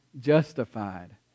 justified